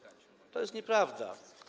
To jest nieprawda.